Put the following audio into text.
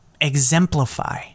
exemplify